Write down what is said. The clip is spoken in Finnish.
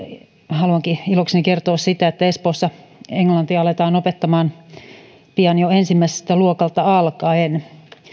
haluankin ilokseni kertoa sen että espoossa englantia aletaan opettamaan pian jo ensimmäiseltä luokalta alkaen